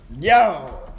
Yo